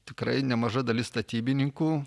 tikrai nemaža dalis statybininkų